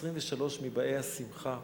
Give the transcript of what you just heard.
23 מבאי השמחה.